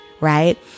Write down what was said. Right